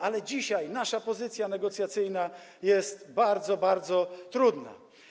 Ale dzisiaj nasza pozycja negocjacyjna jest bardzo, bardzo trudna.